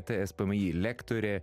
tspmi lektorė